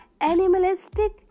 animalistic